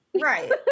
Right